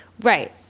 right